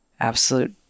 Absolute